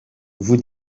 vous